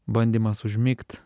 bandymas užmigt